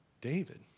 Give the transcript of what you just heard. David